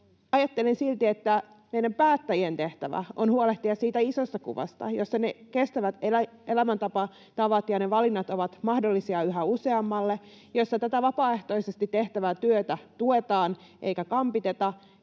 Ajattelen silti, että meidän päättäjien tehtävä on huolehtia siitä isosta kuvasta, jossa ne kestävät elämäntavat ja ne valinnat ovat mahdollisia yhä useammalle ja jossa tätä vapaaehtoisesti tehtävää työtä tuetaan eikä kampiteta.